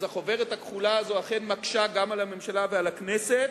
אז החוברת הכחולה הזו אכן מקשה גם על הממשלה ועל הכנסת,